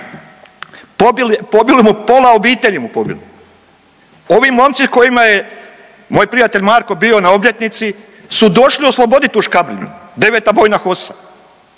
pobili mu pola obitelji mu pobili. Ovi momci kojima je moj prijatelj Marko bio na obljetnici su došli osloboditi tu Škabrnju, 9. bojna HOS-a